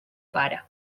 pare